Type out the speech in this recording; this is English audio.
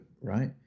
right